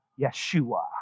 Yeshua